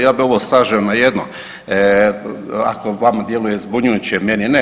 Ja bih ovo sažeo na jedno, ako vama djeluje zbunjujuće, meni ne.